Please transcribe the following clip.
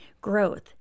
growth